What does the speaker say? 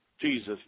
Jesus